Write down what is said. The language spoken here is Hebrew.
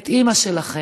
את אימא שלכם,